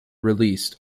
released